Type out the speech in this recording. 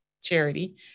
charity